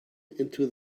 into